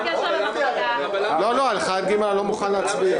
על 1ג' אני לא מוכן להצביע.